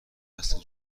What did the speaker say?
قصد